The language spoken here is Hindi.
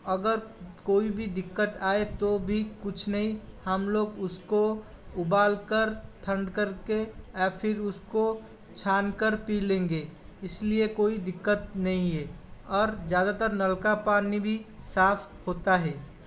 अगर कोई भी दिक्कत आए तो भी कुछ नहीं हम लोग उसको उबालकर ठंड करके या फ़िर उसको छान कर पी लेंगे इसलिए कोई दिक्कत नहीं है और ज़्यादातर नल का पानी भी साफ़ होता है